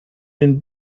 den